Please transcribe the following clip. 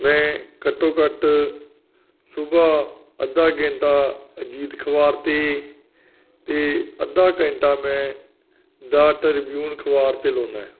ਮੈਂ ਘੱਟੋ ਘੱਟ ਸੁਬਾਹ ਅੱਧਾ ਘੰਟਾ ਅਜੀਤ ਅਖਬਾਰ 'ਤੇ ਅਤੇ ਅੱਧਾ ਘੰਟਾ ਮੈਂ ਦਾ ਟ੍ਰਿਬਿਊਨ ਅਖਬਾਰ 'ਤੇ ਲਾਉਨਾ